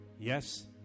Yes